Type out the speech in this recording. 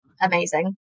amazing